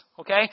okay